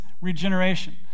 regeneration